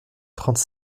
trente